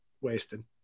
wasted